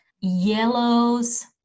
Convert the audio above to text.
yellows